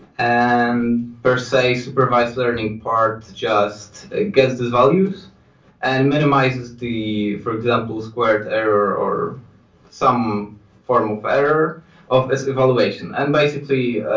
and, per se, supervised learning part jut ah gets these values and minimizes the, for example, squared error or some form of error of its evaluation and basically, ah